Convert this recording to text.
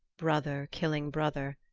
brother killing brother,